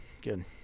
good